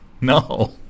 No